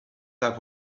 have